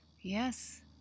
Yes